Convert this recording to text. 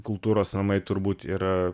kultūros namai turbūt yra